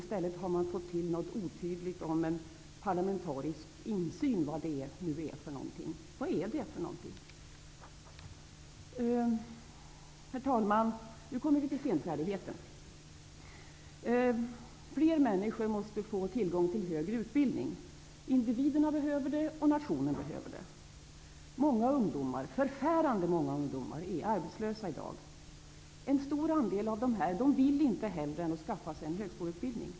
I stället har man fått till något otydligt om ''parlamentarisk insyn'', vad det nu är för någonting. Vad är det för någonting? Herr talman! Nu kommer vi till senfärdigheten. Fler människor måste få tillgång till högre utbildning. Individerna behöver det, och nationen behöver det. Många ungdomar, förfärande många, är arbetslösa i dag. En stor andel av dessa vill inget hellre än att skaffa sig en högskoleutbildning.